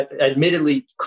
admittedly